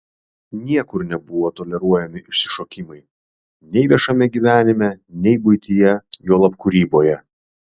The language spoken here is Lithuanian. niekur nebuvo toleruojami išsišokimai nei viešame gyvenime nei buityje juolab kūryboje